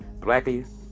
Blackie